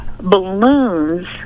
balloons